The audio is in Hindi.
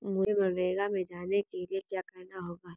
मुझे मनरेगा में जाने के लिए क्या करना होगा?